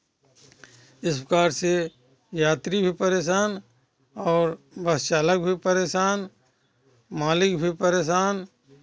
इस प्रकार से यात्री भी परेशान और बस चालक भी परेशान मालिक भी परेशान